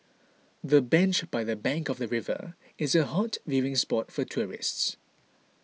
the bench by the bank of the river is a hot viewing spot for tourists